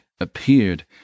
appeared